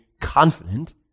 confident